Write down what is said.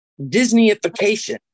disneyification